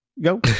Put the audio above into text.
Go